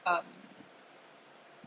um